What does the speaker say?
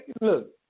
look